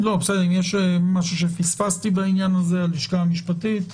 אם יש משהו שפספסתי בעניין, הלשכה המשפטית?